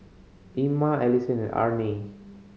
Ima Allison and Arnie